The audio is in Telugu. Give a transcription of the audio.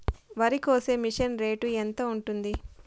వరికోసే మిషన్ రేటు ఎంత ఉంటుంది?